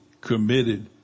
committed